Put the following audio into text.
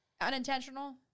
unintentional